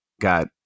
got